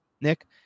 Nick